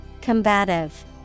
Combative